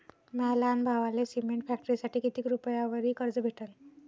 माया लहान भावाले सिमेंट फॅक्टरीसाठी कितीक रुपयावरी कर्ज भेटनं?